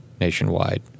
nationwide